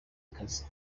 ikaze